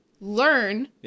learn